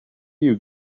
you